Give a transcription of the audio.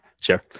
Sure